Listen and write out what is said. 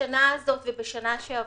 השנה ובשנה שעברה,